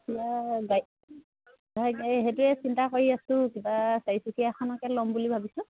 কিবা গাড়ী সেইটোৱে চিন্তা কৰি আছোঁ কিবা চাৰিচকীয়া এখনকে ল'ম বুলি ভাবিছোঁ